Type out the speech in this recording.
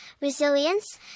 resilience